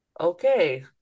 Okay